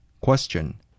Question